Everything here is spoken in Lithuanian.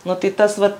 nu tai tas vat